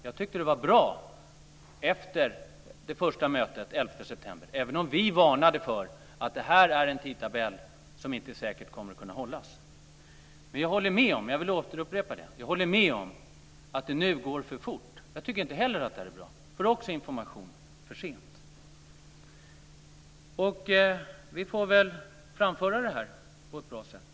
Jag tyckte att det första mötet efter den 11 september var bra även om vi varnade för att det är en tidtabell som det inte är säkert att man kan hålla. Jag vill återupprepa att jag håller med att det nu går för fort. Inte heller jag tycker att det är bra. Jag får också information för sent. Vi får framföra det på ett bra sätt.